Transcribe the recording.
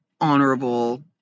honorable